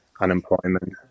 unemployment